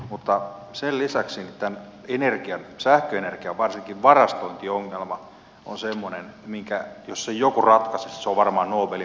mutta sen lisäksi varsinkin sähköenergian varastointiongelma on semmoinen että jos sen joku ratkaisisi se olisi varmaan nobelin palkinnon arvoinen